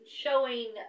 showing